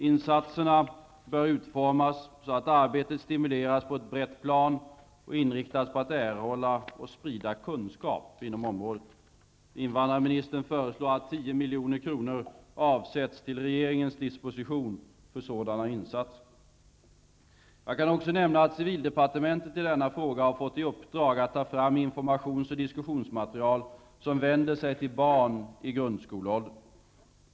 Insatserna bör utformas så att arbetet stimuleras på ett brett plan och inriktas på att erhålla och sprida kunskap inom området. Invandrarministern föreslår att 10 milj.kr. avsätts till regeringens disposition för sådana insatser. Jag kan också nämna att civildepartementet i denna fråga har fått i uppdrag att ta fram informations och diskussionsmaterial som vänder sig till barn i grundskoleåldern.